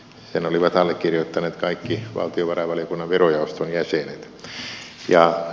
sen olivat allekirjoittaneet kaikki valtiovarainvaliokunnan verojaoston jäsenet